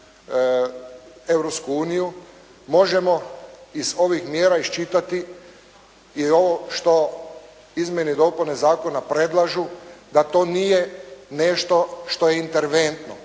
uniju možemo iz ovih mjera iščitati jer je ovo što izmjene i dopune zakona predlažu da to nije nešto što je interventno,